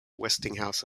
westinghouse